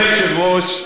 אדוני היושב-ראש,